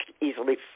easily